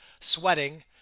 sweating